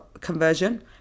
conversion